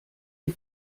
die